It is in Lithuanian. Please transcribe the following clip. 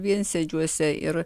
viensėdžiuose ir